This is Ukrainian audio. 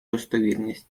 достовірність